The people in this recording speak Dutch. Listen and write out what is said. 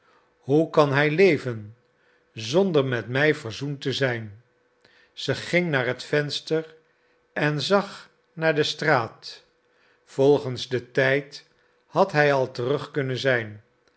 hoe kan hij leven zonder met mij verzoend te zijn zij ging naar het venster en zag naar de straat volgens den tijd had hij al terug kunnen zijn